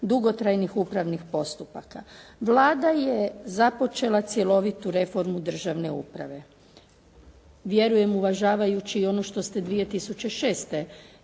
dugotrajnih upravnih postupaka. Vlada je započela cjelovitu reformu državne uprave. Vjerujem uvažavajući ono što ste 2006.